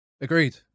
agreed